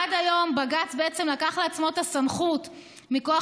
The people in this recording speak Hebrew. עד היום בעצם בג"ץ לקח לעצמו את הסמכות מכוח